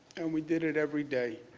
and we did it every day.